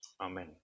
amen